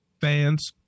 Fans